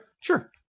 Sure